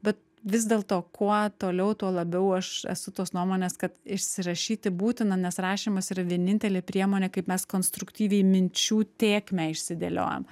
bet vis dėlto kuo toliau tuo labiau aš esu tos nuomonės kad išsirašyti būtina nes rašymas yra vienintelė priemonė kaip mes konstruktyviai minčių tėkmę išsidėliojam